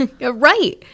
Right